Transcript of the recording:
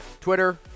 Twitter